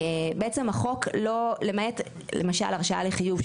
בעצם החוק למעט למשל הרשאה לחיוב,